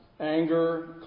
anger